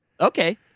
okay